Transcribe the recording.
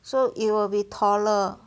so it will be taller